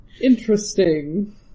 Interesting